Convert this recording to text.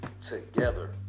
together